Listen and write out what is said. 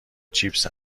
چیپس